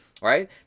Right